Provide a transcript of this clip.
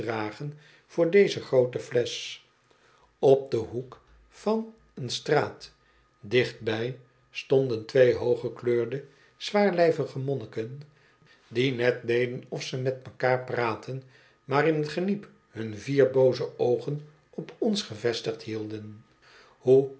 voor deze groote flesch op den hoek van een straat dichtbij stonden twee hooggekleurde zwaarlijvige monniken die net deden of ze met mekaar praatten maar in t geniep hun vier booze oogen op ons gevestigd hielden